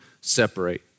separate